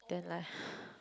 then like